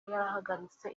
yarahagaritse